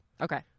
Okay